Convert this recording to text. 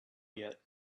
yet